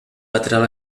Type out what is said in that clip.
lateral